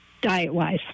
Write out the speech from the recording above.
diet-wise